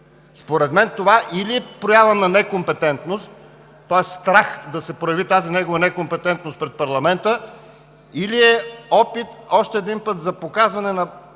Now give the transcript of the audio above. Според мен това е или проява на некомпетентност, тоест страх да се прояви тази негова некомпетентност пред парламента, или още един път е опит за показване на